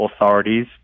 authorities